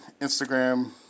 Instagram